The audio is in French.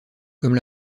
comme